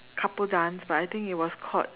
couple dance but I think it was called